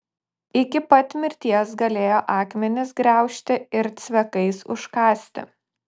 iki pat mirties galėjo akmenis griaužti ir cvekais užkąsti